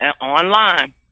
online